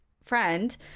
friend